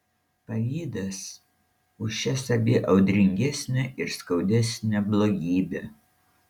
pavydas už šias abi audringesnė ir skaudesnė blogybė